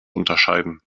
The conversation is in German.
unterscheiden